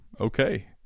okay